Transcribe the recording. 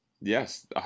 Yes